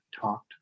talked